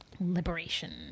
Liberation